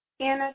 Anna